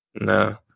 No